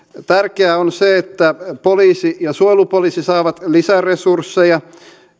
tärkeää on se että poliisi ja suojelupoliisi saavat lisäresursseja